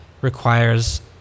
requires